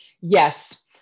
yes